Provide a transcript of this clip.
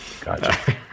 gotcha